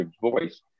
voice